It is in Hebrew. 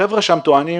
החבר'ה שם טוענים,